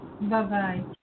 Bye-bye